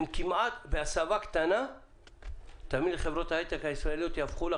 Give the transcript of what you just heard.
כמעט בהסבה קטנה חברות ההייטק הישראליות יהפכו את